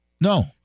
No